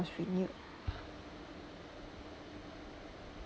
is renewed